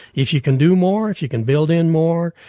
if you can do more, if you can build in more,